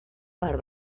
part